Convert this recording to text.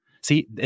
See